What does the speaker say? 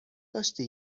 داشتی